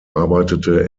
arbeitete